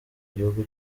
gihugu